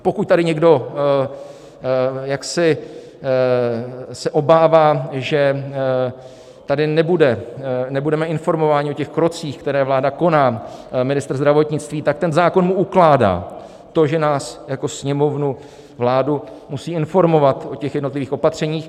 Pokud tady někdo se obává, že tady nebudeme informováni o těch krocích, které vláda koná, ministr zdravotnictví, tak ten zákon mu ukládá to, že nás jako Sněmovnu, vládu musí informovat o těch jednotlivých opatřeních.